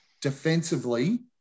defensively